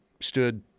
stood